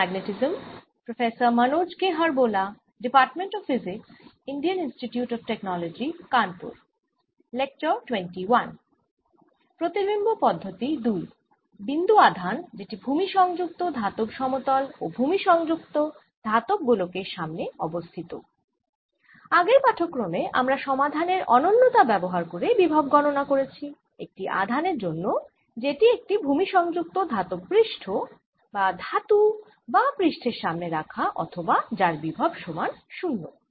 প্রতিবিম্ব পদ্ধতি ২ বিন্দু আধান যেটি ভুমি সংযুক্ত ধাতব সমতল ও ভুমি সংযুক্ত ধাতব গোলকের সামনে অবস্থিত আগের পাঠক্রমে আমরা সমাধানের অনন্যতা ব্যবহার করে বিভব গণনা করেছি একটি আধানের জন্য যেটি একটি ভুমি সংযুক্ত ধাতব পৃষ্ঠ বা ধাতু বা পৃষ্ঠের সামনে রাখা অথবা যার বিভব সমান 0